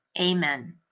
Amen